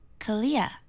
Kalia